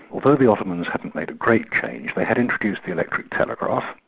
although the ottomans hadn't made a great change, they had introduced the electric telegraph,